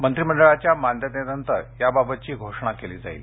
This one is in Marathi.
मंत्रिमंडळाच्या मान्यतेनंतर याबाबतची घोषणा केली जाईल